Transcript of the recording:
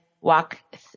walk